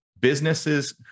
businesses